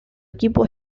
equipo